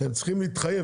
הם צריכים להתחייב,